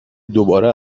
دوباره